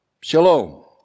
shalom